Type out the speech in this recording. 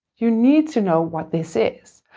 you need to know what this is.